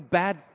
bad